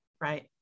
Right